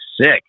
sick